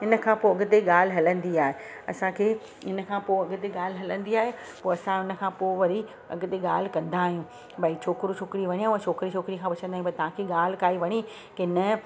इन खां पोइ अॻिते ॻाल्हि हलंदी आहे असांखे इन खां पोइ अॻिते ॻाल्हि हलंदी आहे पोइ असां उन खां पोइ वरी अॻिते ॻाल्हि कंदा आहियूं भई छोकिरो छोकिरी वणियो छोकिरे छोकिरी खां पुछंदा आहियूं भई तव्हांखे ॻाल्हि को वणी की न